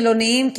חילונים,